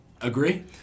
Agree